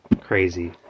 crazy